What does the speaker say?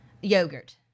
yogurt